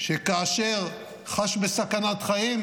שכאשר חש בסכנת חיים,